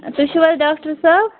تُہۍ چھو حظ ڈاکٹر صٲب